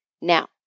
Now